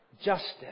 justice